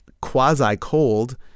Quasi-cold